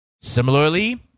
Similarly